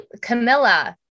Camilla